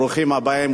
ברוכים הבאים,